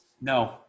No